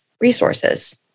resources